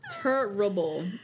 terrible